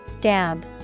Dab